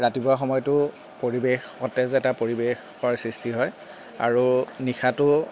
ৰাতিপুৱা সময়তো পৰিৱেশ সতেজ এটা পৰিৱেশৰ সৃষ্টি হয় আৰু নিশাটো